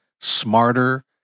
smarter